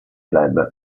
club